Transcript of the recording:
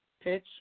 pitch